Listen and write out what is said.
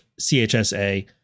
CHSA